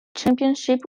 championship